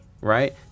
right